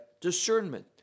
discernment